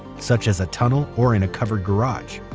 such as a tunnel or in a covered garage.